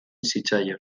zitzaion